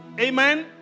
Amen